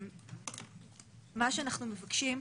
מה שאנחנו מבקשים,